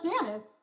Janice